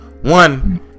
One